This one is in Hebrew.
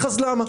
אז למה?